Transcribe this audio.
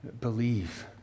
believe